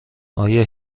آیا